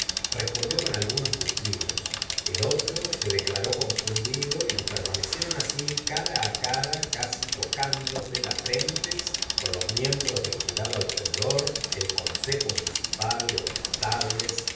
respondió con algunos cumplidos el otro se declaró confundido y permanecieron así cara á cara casi tocándose las frentes con los miembros del jurado alrededor el consejo municipal los notables